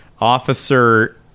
Officer